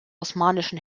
osmanischen